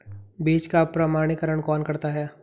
बीज का प्रमाणीकरण कौन करता है?